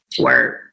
Word